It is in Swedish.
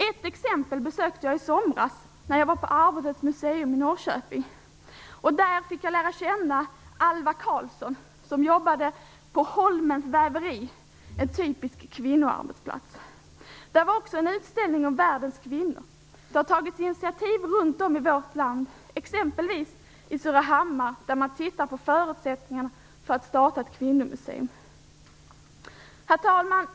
Ett exempel besökte jag i somras, Arbetets museum i Norrköping. Där fick jag lära känna Alva Karlsson, som jobbade på Holmens väveri, en typisk kvinnoarbetsplats. Där fanns också en utställning om världens kvinnor. Det har tagits initiativ runt om i vårt land, exempelvis i Surahammar, där man tittar på förutsättningarna för att starta ett kvinnomuseum. Herr talman!